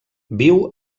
viu